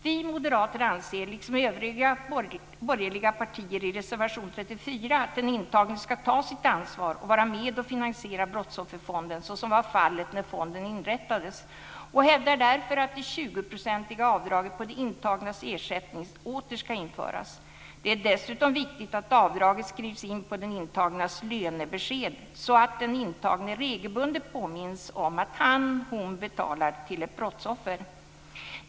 Vi moderater anser liksom övriga borgerliga partier i reservation 34 att den intagne ska ta sitt ansvar och vara med om att finansiera Brottsofferfonden, såsom var fallet när fonden inrättades, och hävdar därför att det 20-procentiga avdraget på de intagnas ersättning åter ska införas. Det är dessutom viktigt att avdraget skrivs in på den intagnes "lönebesked", så att den intagne regelbundet påminns om att han eller hon betalar till ett brottsoffer.